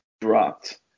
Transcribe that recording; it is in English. dropped